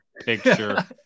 picture